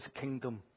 kingdom